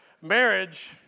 marriage